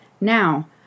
now